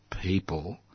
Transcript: people